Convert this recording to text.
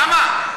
למה?